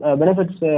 benefits